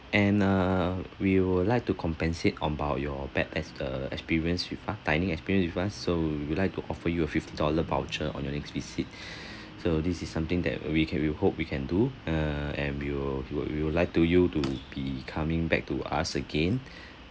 and uh we would like to compensate about your bad ex~ uh experience with uh dining experience with us so we would like to offer you a fifty dollar voucher on your next visit so this is something that we can we hope we can do uh and we will we will we will like to you to be coming back to us again